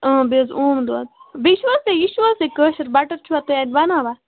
اۭں بیٚیہِ حظ اوم دۄد بیٚیہِ چھُو حظ تۄہہِ یہِ چھُو حظ تۄہہِ کٲشِر بَٹَر چھُوا تُہۍ اَتہِ بَناوان